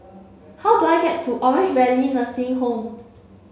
how do I get to Orange Valley Nursing Home